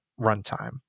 runtime